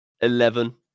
Eleven